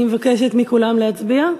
אני מבקשת מכולם להצביע.